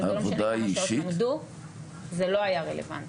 זה לא משנה כמה שעות הם למדו זה לא היה רלוונטי.